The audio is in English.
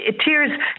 Tears